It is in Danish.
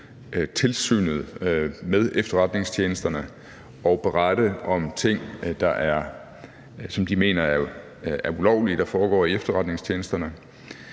Tilsynet med Efterretningstjenesterne og berette om ting, der foregår i efterretningstjenesterne,